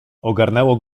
ogarnęło